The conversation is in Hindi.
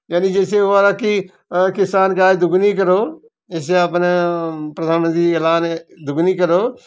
यदि जैसे हमारा की किसान का आय दुगनी करो जैसे अपने प्रधानमंत्री जी का ऐलान है दुगनी करो